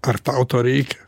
ar tau to reikia